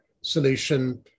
solution